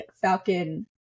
Falcon